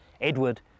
Edward